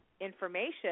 information